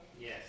Yes